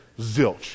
Zilch